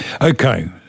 Okay